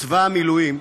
צבא המילואים,